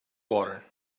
water